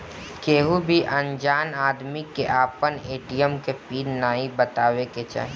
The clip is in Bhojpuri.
केहू भी अनजान आदमी के आपन ए.टी.एम के पिन नाइ बतावे के चाही